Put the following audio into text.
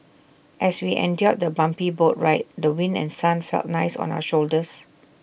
as we endured the bumpy boat ride the wind and sun felt nice on our shoulders